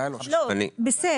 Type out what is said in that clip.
בעניין הזה